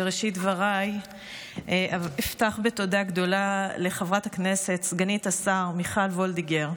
בראשית דבריי אפתח בתודה גדולה לחברת הכנסת סגנית השר מיכל וולדיגר,